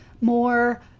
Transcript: more